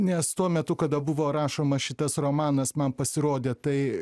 nes tuo metu kada buvo rašoma šitas romanas man pasirodė tai